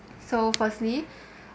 so firstly